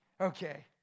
Okay